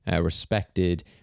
respected